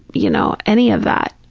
you know, any of that.